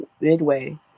midway